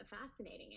fascinating